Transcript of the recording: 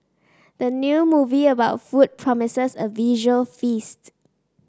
the new movie about food promises a visual feast